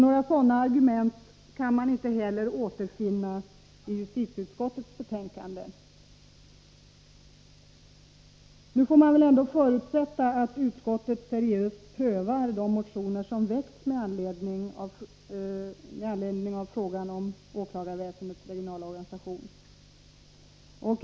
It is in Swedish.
Några sådana argument kan man inte heller återfinna i justitieutskottets betänkande. Nu får man väl ändå förutsätta att utskottet seriöst har prövat de motioner som har väckts med anledning av propositionen om åklagarväsendets regionala organisation.